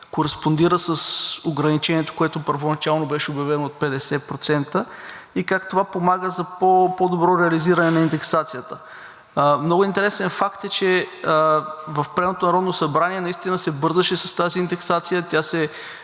кореспондира с ограничението, което първоначално беше обявено, от 50%? Как това помага за по-добро реализиране на индексацията? Много интересен факт е, че в предното Народно събрание наистина се бързаше с тази индексация, тя се